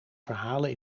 verhalen